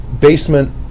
basement